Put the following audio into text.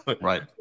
Right